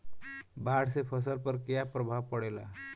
बाढ़ से फसल पर क्या प्रभाव पड़ेला?